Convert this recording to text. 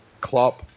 Klopp